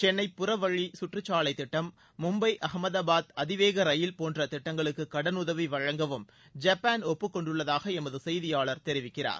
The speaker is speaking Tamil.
சென்னை புறவழி குற்றுச்சாலைத் திட்டம் மும்பை அகமதாபாத் அதிவேக ரயில் போன்ற திட்டங்களுக்கு கடனுதவி வழங்கவும் ஜப்பான் ஒப்புக்கொண்டுள்ளதாக எமது செய்தியாளர் தெரிவிக்கிறார்